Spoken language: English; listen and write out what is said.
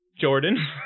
Jordan